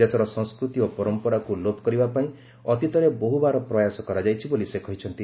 ଦେଶର ସଂସ୍କୃତି ଓ ପରମ୍ପରାକୁ ଲୋପ କରିବା ପାଇଁ ଅତୀତରେ ବହୁବାର ପ୍ରୟାସ କରାଯାଇଛି ବୋଲି ସେ କହିଛନ୍ତି